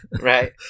right